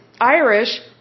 Irish